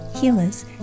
healers